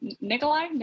Nikolai